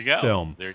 film